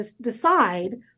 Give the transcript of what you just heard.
decide